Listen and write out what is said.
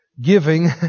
giving